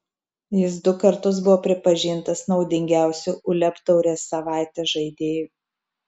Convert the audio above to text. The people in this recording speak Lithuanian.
jis du kartus buvo pripažintas naudingiausiu uleb taurės savaitės žaidėju